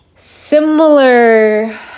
Similar